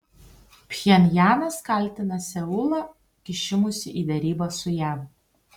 pchenjanas kaltina seulą kišimusi į derybas su jav